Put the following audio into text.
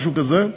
משהו כזה.